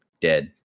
Dead